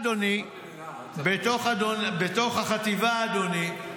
החטיבה, אדוני ------ בתוך החטיבה, אדוני,